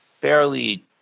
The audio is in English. fairly